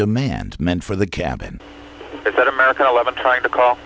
demand meant for the cabin that america eleven trying to call